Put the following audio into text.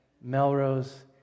Melrose